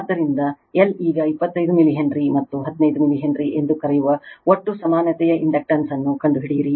ಆದ್ದರಿಂದ L ಈಗ 25 millihenry ಮತ್ತು 15 ಮಿಲಿ ಹೆನ್ರಿ ಎಂದು ಕರೆಯುವ ಒಟ್ಟು ಸಮಾನತೆಯ ಇಂಡಕ್ಟನ್ಸ್ ನ್ನು ಕಂಡು ಹಿಡಿಯಿರಿ